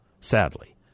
sadly